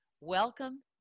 Welcome